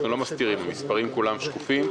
אנחנו לא מסתירים - המספרים כולם שקופים.